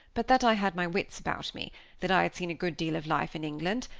but that i had my wits about me that i had seen a good deal of life in england,